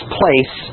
place